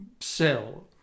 sell